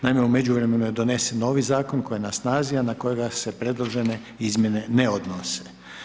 Naime, u međuvremenu je donesen novi zakon koji je na snazi, a na kojega se predložene izmjene ne odnose.